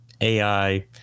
AI